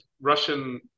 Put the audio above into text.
Russian